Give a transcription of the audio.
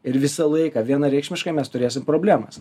ir visą laiką vienareikšmiškai mes turėsim problemas